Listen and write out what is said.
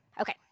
okay